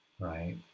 right